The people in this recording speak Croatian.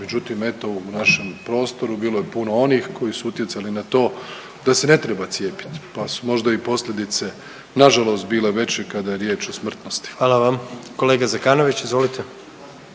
Međutim eto u našem prostoru bilo je puno onih koji su utjecali na to da se ne treba cijepiti, pa su možda i posljedice na žalost bile veće kada je riječ o smrtnosti. **Jandroković, Gordan